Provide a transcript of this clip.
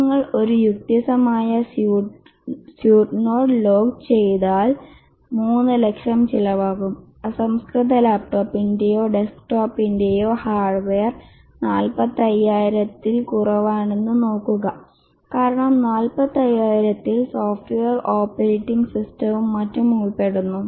നിങ്ങൾ ഒരു യുക്തിസഹമായ സ്യൂട്ട് നോഡ് ലോക്ക് ചെയ്താൽ 300000 ചിലവാകും അസംസ്കൃത ലാപ്ടോപ്പിന്റെയോ ഡെസ്ക്ടോപ്പിന്റെയോ ഹാർഡ്വെയർ 45000 ൽ കുറവാണെന്ന് നോക്കുക കാരണം 45000 ൽ സോഫ്റ്റ്വെയർ ഓപ്പറേറ്റിംഗ് സിസ്റ്റവും മറ്റും ഉൾപ്പെടുന്നു